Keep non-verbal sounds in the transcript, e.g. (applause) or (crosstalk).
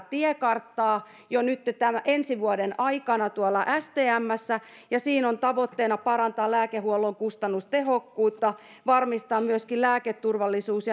(unintelligible) tiekarttaa jo ensi vuoden aikana tuolla stmssä ja siinä on tavoitteena parantaa lääkehuollon kustannustehokkuutta varmistaa myöskin lääketurvallisuus (unintelligible)